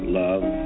love